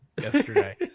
yesterday